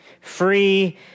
Free